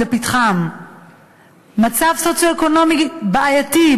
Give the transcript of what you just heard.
מצב סוציו-אקונומי בעייתי,